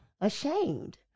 ashamed